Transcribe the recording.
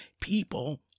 people